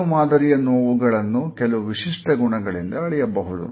2 ಮಾದರಿಯ ನೋವುಗಳನ್ನು ಕೆಲವು ವಿಶಿಷ್ಟ ಗುಣಗಳಿಂದ ಅಳಿಯಬಹುದು